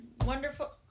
wonderful